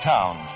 Town